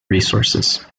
resources